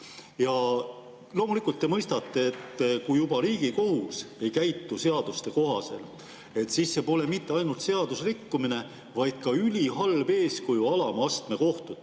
Loomulikult te mõistate, et kui juba Riigikohus ei käitu seaduste kohaselt, siis see pole mitte ainult seadusrikkumine, vaid ka ülihalb eeskuju alama astme kohtutele,